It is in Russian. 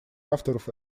авторов